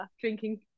drinking